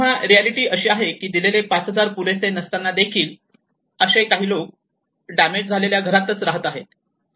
तेव्हा रियालिटी अशी आहे की दिलेले 5000 रुपये पुरेसे नसतानादेखील अशी लोक डॅमेज झालेल्या घरातच राहत आहे